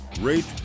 rate